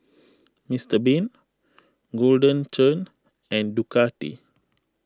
Mister Bean Golden Churn and Ducati